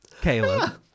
Caleb